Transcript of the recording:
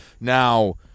Now